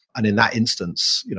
and in that instance, you know